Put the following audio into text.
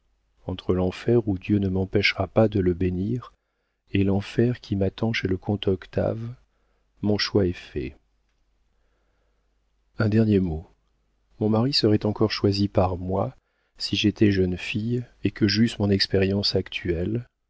entre l'enfer où dieu ne m'empêchera pas de le bénir et l'enfer qui m'attend chez le comte octave mon choix est fait un dernier mot mon mari serait encore choisi par moi si j'étais jeune fille et que j'eusse mon expérience actuelle